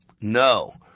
No